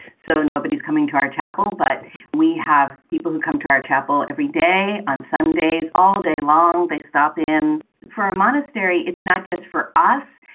so nobody's coming to our chapel. but we have people who come to our chapel every day on sunday as all day long. they stop in for a monastery. it's not just for us,